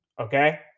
okay